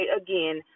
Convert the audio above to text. again